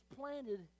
planted